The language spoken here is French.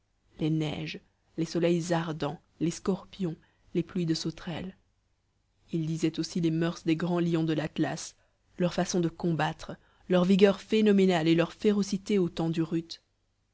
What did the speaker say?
les neiges les soleils ardents les scorpions les pluies de sauterelles il disait aussi les moeurs des grands lions de l'atlas leur façon de combattre leur vigueur phénoménale et leur férocité au temps du rut